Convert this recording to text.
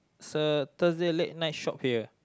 sir Thursday late night shop here